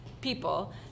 people